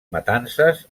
matances